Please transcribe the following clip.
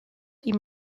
ihm